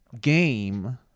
game